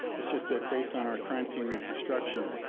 it's just that based on our crime scene reconstruction